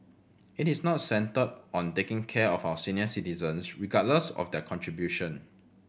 it is not centred on taking care of our senior citizens regardless of their contribution